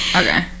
okay